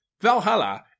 valhalla